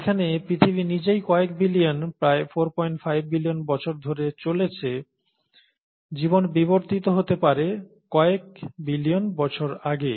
যেখানে পৃথিবী নিজেই কয়েক বিলিয়ন প্রায় 45 বিলিয়ন বছর ধরে চলেছে জীবন বিবর্তিত হতে পারে কয়েক বিলিয়ন বছর আগে